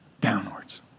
downwards